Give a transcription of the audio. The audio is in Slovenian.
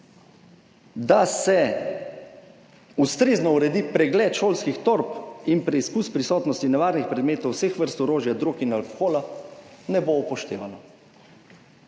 da se ustrezno uredi pregled šolskih torb in preizkus prisotnosti nevarnih predmetov vseh vrst, orožja, drog in alkohola, ne bo upoštevalo.